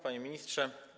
Panie Ministrze!